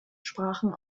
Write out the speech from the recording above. sprachen